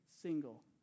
single